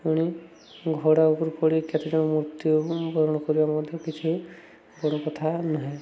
ପୁଣି ଘୋଡ଼ା ଉପରୁ ପଡ଼ି କେତେଜଣ ମୃତ୍ୟୁବରଣ କରିବା ମଧ୍ୟ କିଛି ବଡ଼ କଥା ନୁହେଁ